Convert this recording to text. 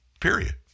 Period